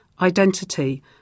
identity